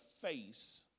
face